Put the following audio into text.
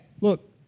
Look